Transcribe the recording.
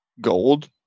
gold